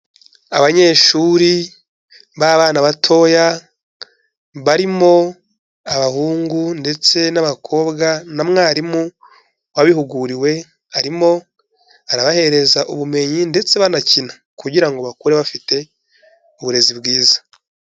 Abanyeshuri b'abana batoya barimo abahungu ndetse n'abakobwa na mwarimu wabihuguriwe, arimo arabahereza ubumenyi ndetse banakina kugira ngo bakure bafite uburezi bwiza.